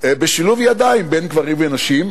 בשילוב ידיים בין גברים לנשים,